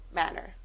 manner